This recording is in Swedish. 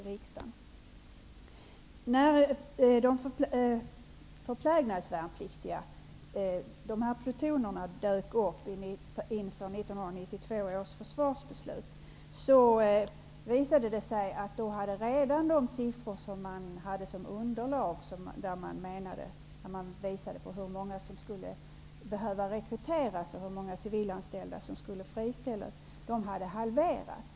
När plutonerna av förplägnadsvärnpliktiga dök upp inför 1992 års försvarsbeslut, visade det sig att de siffror som man hade som underlag för hur många som skulle behöva rekryteras och hur många civilanställda som skulle friställas hade halverats.